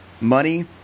money